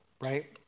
Right